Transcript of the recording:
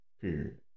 Period